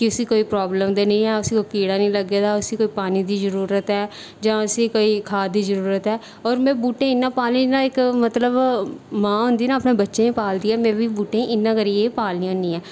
कुसी कोई प्राब्लम ते निं ऐ उसी कोई कीड़ा ते निं लग्गे दा उसी कोई पानी दी जरूरत निं ऐ जां उसी कोई खाद दी जरूरत ऐ होर में बूह्टे इयां पाले दे जियां इक मतलब मां होंदी ऐ न अपने बच्चें गी पालदी ऐ में बी बूह्टें गी इंया करियै गै पालनी होन्नी आं